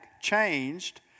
changed